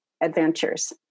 adventures